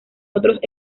otros